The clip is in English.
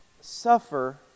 suffer